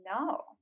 no